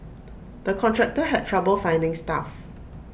the contractor had trouble finding staff